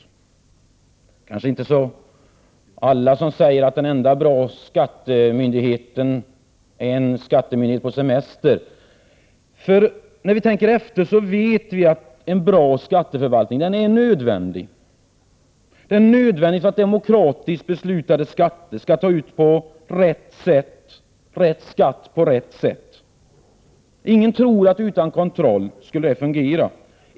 Det kanske inte är alla som säger att den enda bra skattemyndigheten är en skattemyndighet på semester. Men när vi tänker efter så vet vi att en bra skatteförvaltning är nödvändig. Den är nödvändig för att de demokratiskt beslutade skatterna skall tas ut på rätt sätt — rätt skatt på rätt sätt. Ingen tror att det skulle fungera utan kontroll.